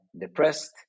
depressed